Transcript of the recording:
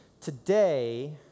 Today